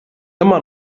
immer